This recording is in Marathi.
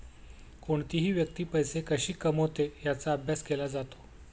कोणतीही व्यक्ती पैसे कशी कमवते याचा अभ्यास केला जातो